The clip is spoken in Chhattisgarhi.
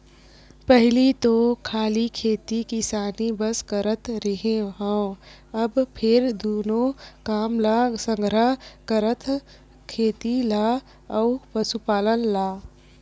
पहिली तो खाली खेती किसानी बस करत रेहे हँव, अब फेर दूनो काम ल संघरा करथव खेती ल अउ पसुपालन ल